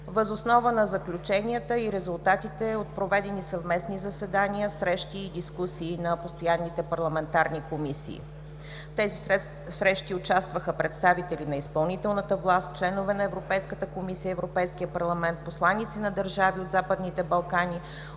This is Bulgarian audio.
въз основа на заключенията и резултатите от проведени съвместни заседания, срещи и дискусии на постоянните парламентарни комисии. В тези срещи участваха представители на изпълнителната власт, членове на Европейската комисия и Европейския парламент, посланици на държави от Западните Балкани,